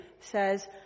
says